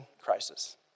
crisis